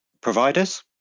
providers